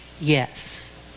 Yes